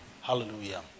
Hallelujah